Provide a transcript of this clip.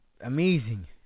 amazing